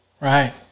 Right